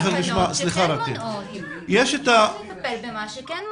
צריך לטפל במה שכן מונע.